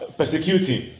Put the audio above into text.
persecuting